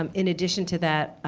um in addition to that,